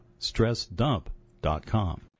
StressDump.com